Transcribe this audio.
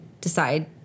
decide